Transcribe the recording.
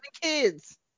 kids